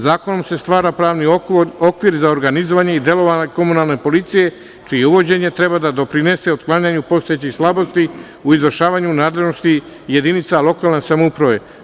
Zakonom se stvara pravni okvir za organizovanje i delovanje komunalne policije, čije uvođenje treba da doprinese otklanjanju postojećih slabosti u izvršavanju nadležnosti jedinica lokalne samouprave.